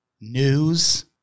news